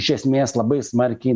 iš esmės labai smarkiai